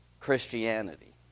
Christianity